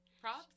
Props